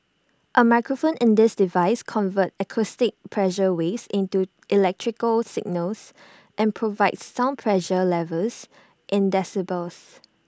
A microphone in the device converts acoustic pressure waves into electrical signals and provides sound pressure levels in decibels